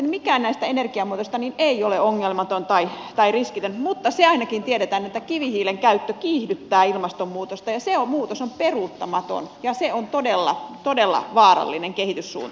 mikään näistä energiamuodoista ei ole ongelmaton tai riskitön mutta se ainakin tiedetään että kivihiilen käyttö kiihdyttää ilmastonmuutosta ja se muutos on peruuttamaton ja se on todella vaarallinen kehityssuunta